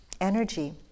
energy